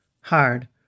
hard